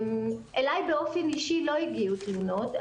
אלי באופן אישי לא הגיעו תלונות.